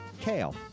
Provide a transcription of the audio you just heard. kale